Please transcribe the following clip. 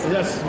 Yes